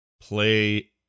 play